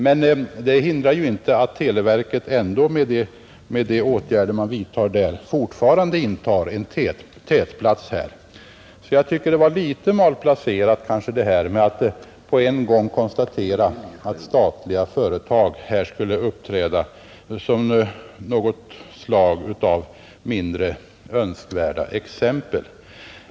Men det hindrar ändå inte att televerket med de åtgärder man där vidtar fortfarande intar en tätplats i detta avseende. Jag tycker därför att det kanske var litet malplacerat att samtidigt konstatera att statliga företag här skulle uppträda som något slags mindre önskvärda exempel.